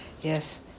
Yes